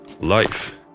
life